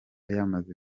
yamaze